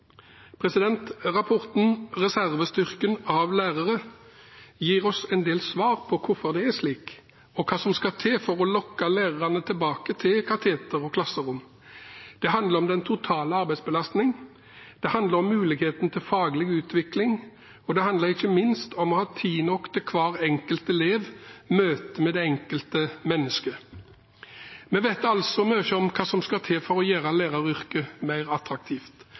Rapporten «’Reservestyrken’ av lærere» gir oss en del svar på hvorfor det er slik og hva som skal til for å lokke lærerne tilbake til kateter og klasserom. Det handler om den totale arbeidsbeslastning, det handler om muligheten til faglig utvikling, og det handler ikke minst om å ha tid nok til hver enkelt elev – møtet med det enkelte menneske. Vi vet altså mye om hva som skal til for å gjøre læreryrket mer attraktivt,